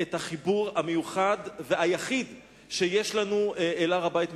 את החיבור המיוחד והיחיד שיש לנו אל הר-הבית,